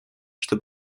что